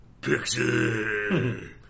Pixie